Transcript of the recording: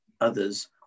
others